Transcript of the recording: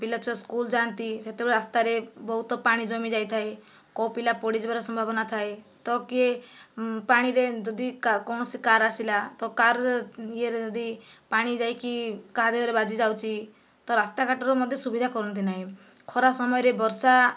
ପିଲା ଛୁଆ ସ୍କୁଲ ଯାଆନ୍ତି ସେତେବେଳେ ରାସ୍ତାରେ ବହୁତ ପାଣି ଜମି ଯାଇ ଥାଏ କେଉଁ ପିଲା ପଡ଼ି ଯିବାର ସମ୍ଭାବନା ଥାଏ ତ କିଏ ପାଣିରେ ଯଦି କୌଣସି କାର୍ ଆସିଲା ତ କାର୍ରେ ଯଦି ପାଣି ଯାଇକି କାହା ଦେହରେ ବାଜି ଯାଉଛି ତ ରାସ୍ତା ଘାଟର ମଧ୍ୟ ସୁବିଧା କରନ୍ତି ନାହିଁ ଖରା ସମୟରେ ବର୍ଷା